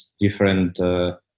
different